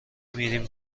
میریم